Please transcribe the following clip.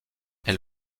elle